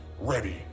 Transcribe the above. ready